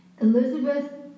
Elizabeth